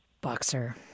Boxer